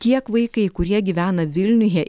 kiek vaikai kurie gyvena vilniuje